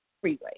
freeway